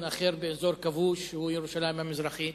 אחר באזור כבוש שהוא ירושלים המזרחית,